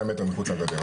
100 מטר מחוץ לגדר,